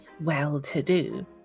well-to-do